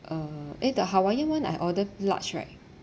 uh eh the hawaiian [one] I order large right